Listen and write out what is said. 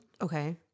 Okay